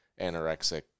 anorexic